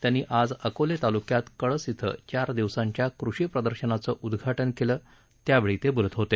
त्यांनी आज अकोले तालुक्यात कळस िं चार दिवसांच्या कृषी प्रदर्शनाचं उद्घाटन केलं त्यावेळी ते बोलत होते